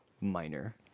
minor